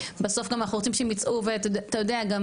ובסוף גם אנחנו רוצים שהם ייצאו ואתה יודע גם